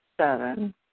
seven